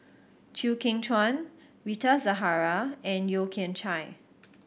Chew Kheng Chuan Rita Zahara and Yeo Kian Chai